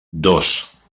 dos